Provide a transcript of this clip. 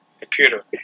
computer